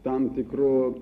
tam tikro